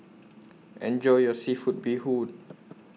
Enjoy your Seafood Bee Hoon